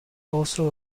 also